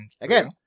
Again